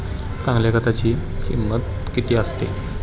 चांगल्या खताची किंमत किती असते?